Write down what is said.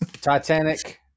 Titanic